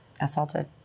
assaulted